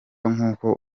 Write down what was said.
nkuko